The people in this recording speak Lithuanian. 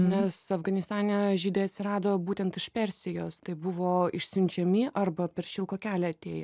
nes afganistane žydai atsirado būtent iš persijos tai buvo išsiunčiami arba per šilko kelią atėję